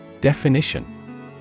Definition